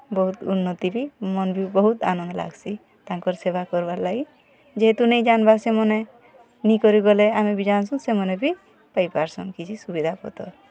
ବହୁତ ଉନ୍ନତି ବି ମନ୍ ବି ବହୁତ୍ ଆନନ୍ଦ୍ ଲାଗ୍ସି ତାଙ୍କର୍ ସେବା କର୍ବାର୍ଲାଗି ଯେହେତୁ ନେଇଁ ଜାନ୍ବା ସେମାନେ ନିକରି ଗଲେ ଆମେ ବି ଜାନ୍ସୁଁ ସେମାନେ ବି ପାଇପାର୍ସନ୍ କିଛି ସୁବିଧା ପତର୍